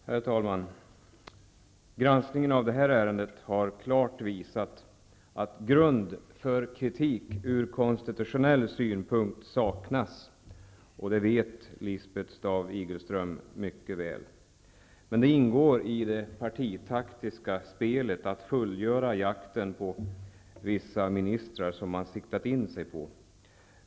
Herr talman! Granskningen av det här ärendet visar klart att grund för kritik från konstitutionell synpunkt saknas, och det vet Lisbeth Staaf Igelström mycket väl. Det ingår i det partitaktiska spelet att fullfölja jakten på vissa ministrar som man siktat in sig på.